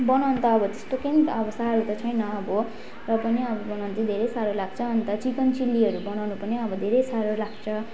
बनाउनु त अब त्यस्तो केही पनि अब साह्रो त छैन अब र पनि अब मलाई चाहिँ धेरै साह्रो लाग्छ अन्त चिकन चिल्लीहरू बनाउनु पनि अब धेरै साह्रो लाग्छ